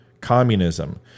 communism